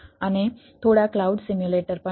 અને થોડા cloud simulator પણ છે